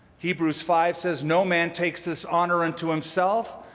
hebrews five says, no man takes this honor unto himself,